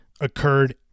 occurred